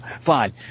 fine